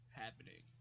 happening